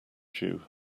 jew